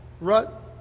Rut